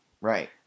Right